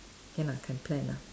can ah can plan ah